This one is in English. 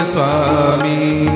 Swami